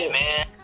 man